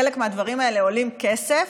חלק מהדברים האלה עולים כסף.